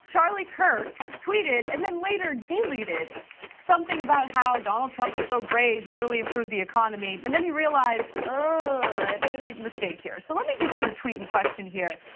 charlie kirk tweeted and then later deleted something about how donald trump is so great, he's really improved the economy. and then he realized, i've made a big mistake here. so let me give you the tweet in question here.